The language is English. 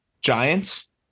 giants